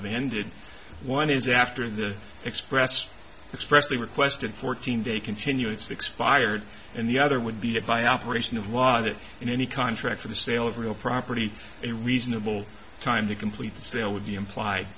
have ended one is after the expressed expressly requested fourteen day continuance expired and the other would be a by operation of law that in any contract or the sale of real property in reasonable time to complete sale would be implied